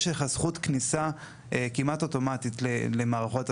יש לך זכות כניסה כמעט אוטומטית למערכות תשלומים,